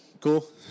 Cool